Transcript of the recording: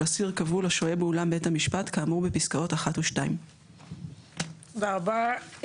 אסיר כבול השוהה באולם בית המשפט כאמור בפסקאות (1) ו־(2);"." תודה רבה.